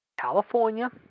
California